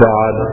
God